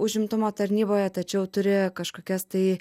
užimtumo tarnyboje tačiau turi kažkokias tai